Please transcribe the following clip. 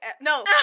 No